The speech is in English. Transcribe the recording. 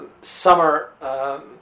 summer